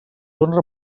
honra